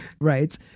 right